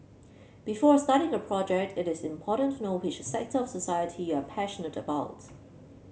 before a starting her project it is important to know which sector of society you are passionate about